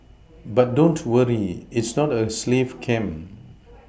but don't worry its not a slave camp